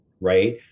right